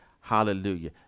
hallelujah